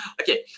okay